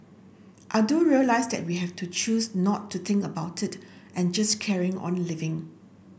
I do realise that we have to choose not to think about it and just carry on living